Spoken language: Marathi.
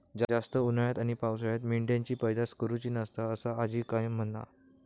जास्त उन्हाळ्यात आणि पावसाळ्यात मेंढ्यांची पैदास करुची नसता, असा आजी कायम म्हणा